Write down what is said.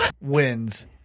wins